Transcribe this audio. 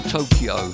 Tokyo